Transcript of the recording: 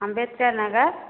Ambedkar Nagar